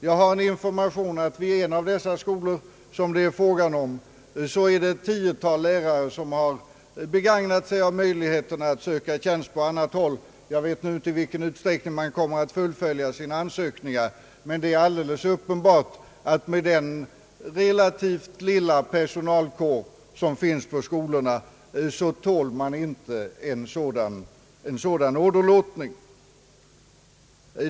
Jag har fått information om att vid en av de skolor som det är fråga om ett tiotal lärare har begagnat sig av möjligheten att söka tjänst på annat håll. Jag vet inte i vilken utsträckning de kommer att fullfölja sina ansökningar, men det är alldeles uppenbart att den relativt lilla personalkår som finns på skolorna inte tål en sådan åderlåtning.